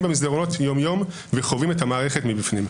במסדרונות יום-יום וחווים את המערכת מבפנים,